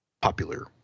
popular